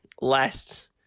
Last